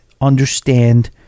understand